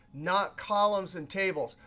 not columns and tables.